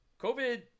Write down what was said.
COVID